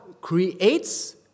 creates